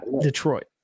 Detroit